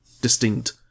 distinct